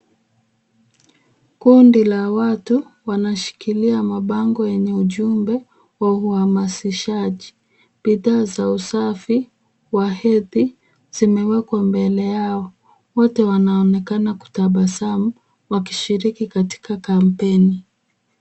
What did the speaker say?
Kundi la watu wanashikilia mabango yenye ujumbe wa uhamasishaji. Bidhaa za usafi wa hedhi vimewekwa mbele yao. Wote wanaonekana wakitabasamu wakishiriki katika kampeni.